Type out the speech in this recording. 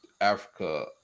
Africa